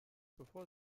bevor